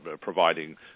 providing